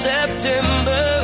September